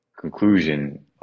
conclusion